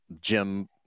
Jim